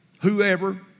whoever